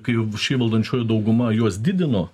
kai jau ši valdančiųjų dauguma juos didino